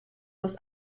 was